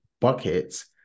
buckets